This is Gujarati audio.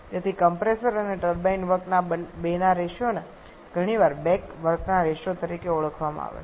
તેથી કમ્પ્રેસર અને ટર્બાઇન વર્કના આ બેના રેશિયોને ઘણીવાર બેક વર્કના રેશિયો તરીકે ઓળખવામાં આવે છે